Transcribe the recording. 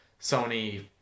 Sony